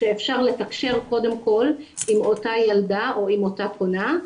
שאפשר לתקשר קודם כל עם אותה ילדה או עם אותה פונה.